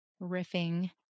riffing